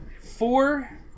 four